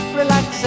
relax